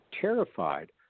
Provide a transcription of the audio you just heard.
terrified